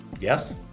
Yes